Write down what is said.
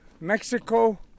Mexico